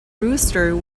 rooster